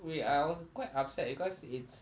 we are was quite upset because it's